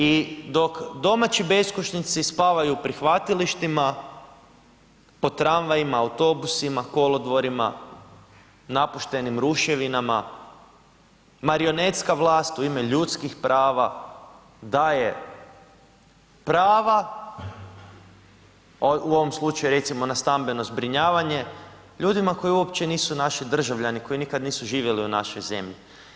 I dok domaći beskućnici spavaju u prihvatilištima, po tramvajima, autobusima, kolodvorima, napuštenim ruševinama, marionetska vlast u ime ljudskih prava daje prava, u ovom slučaju recimo na stambeno zbrinjavanje, ljudima koji uopće nisu naši državljani, koji nisu nikad živjeli u našoj zemlji.